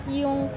yung